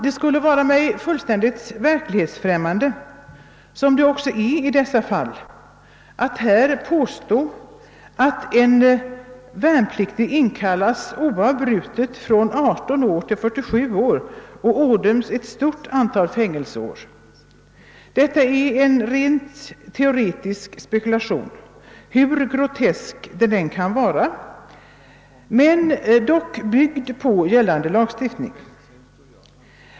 Det vore mig naturligtvis främmande att vilja påstå att en värnpliktig inkallas oavbrutet från det han fyllt 18 tills han fyllt 47 år och ådöms ett stort antal fängelseår — detta är en rent teoretisk spekulation. Hur grotesk den än är bygger den dock på gällande lag.